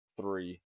three